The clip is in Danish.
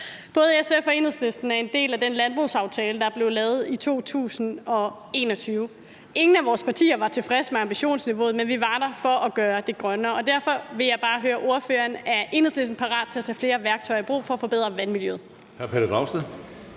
Både SF og Enhedslisten er en del af den landbrugsaftale, der er blevet lavet i 2021. Ingen af vores partier var tilfreds med ambitionsniveauet, men vi var der for at gøre det grønnere. Derfor vil jeg bare høre ordføreren om noget: Er Enhedslisten parat til at tage flere værktøjer i brug for at forbedre vandmiljøet?